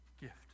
gift